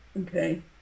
okay